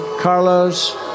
Carlos